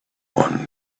one